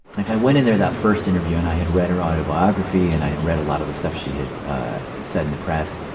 like i went in there that first interview, and i had read her autobiography, and i had read a lot of the stuff she had said in the press,